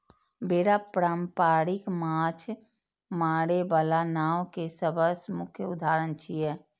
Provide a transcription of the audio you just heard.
बेड़ा पारंपरिक माछ मारै बला नाव के सबसं मुख्य उदाहरण छियै